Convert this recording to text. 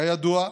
כידוע,